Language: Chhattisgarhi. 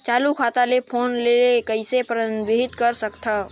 चालू खाता ले फोन ले कइसे प्रतिबंधित कर सकथव?